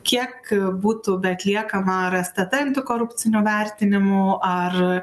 kiek būtų be atliekama ar stt antikorupcinių vertinimų ar